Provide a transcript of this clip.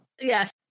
Yes